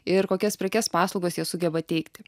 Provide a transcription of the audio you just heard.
ir kokias prekes paslaugas jie sugeba teikti